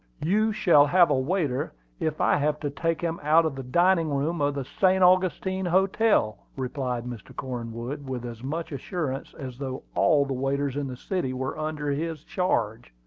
you shall have a waiter if i have to take him out of the dining-room of the st. augustine hotel, replied mr. cornwood, with as much assurance as though all the waiters in the city were under his charge.